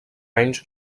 anys